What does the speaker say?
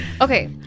Okay